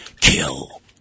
Kill